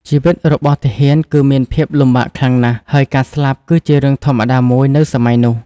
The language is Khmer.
ជីវិតរបស់ទាហានគឺមានភាពលំបាកខ្លាំងណាស់ ហើយការស្លាប់គឺជារឿងធម្មតាមួយនៅសម័យនោះ។